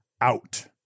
out